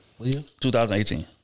2018